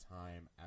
time